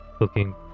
looking